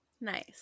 Nice